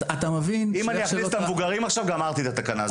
אם אכניס עכשיו את המבוגרים, גמרתי את התקנה.